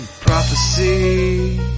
prophecy